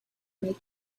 make